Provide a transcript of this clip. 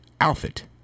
outfit